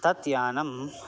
तत् यानं